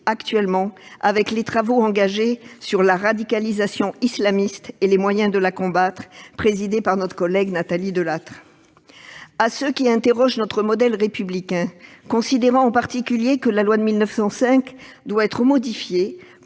actuellement, avec les travaux engagés sur la radicalisation islamiste et les moyens de la combattre, cette dernière commission étant présidée par notre collègue Nathalie Delattre. À ceux qui interrogent notre modèle républicain, considérant en particulier que la loi de 1905 doit être modifiée,